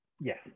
Yes